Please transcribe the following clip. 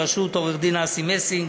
בראשות עו"ד אסי מסינג,